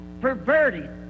perverted